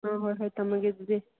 ꯑꯥ ꯍꯣꯏ ꯍꯣꯏ ꯊꯝꯂꯒꯦ ꯑꯗꯨꯗꯤ